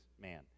man